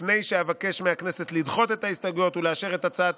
לפני שאבקש מהכנסת לדחות את ההסתייגויות ולאשר את הצעת